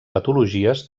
patologies